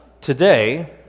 Today